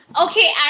Okay